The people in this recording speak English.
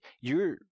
you're-